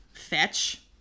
Fetch